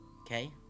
Okay